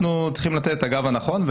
אנחנו צריכים לתת את הגב הנכון.